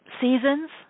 seasons